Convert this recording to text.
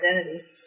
identity